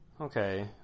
Okay